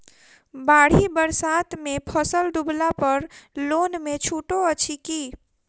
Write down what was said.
बाढ़ि बरसातमे फसल डुबला पर लोनमे छुटो अछि की